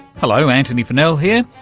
hello, antony funnell here,